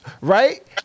right